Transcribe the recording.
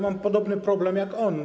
Mam podobny problem jak on.